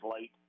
late